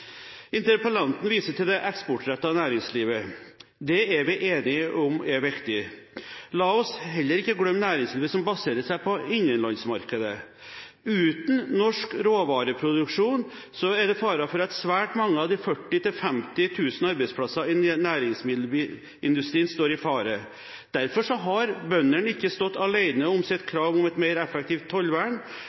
Interpellanten viser til det eksportrettede næringslivet. Det er vi enige om er viktig. La oss heller ikke glemme næringslivet som baserer seg på innenlandsmarkedet. Uten norsk råvareproduksjon er det fare for at svært mange av de 40 000–50 000 arbeidsplassene i næringsmiddelindustrien står i fare. Derfor har ikke bøndene stått alene om sitt krav om et mer effektivt tollvern,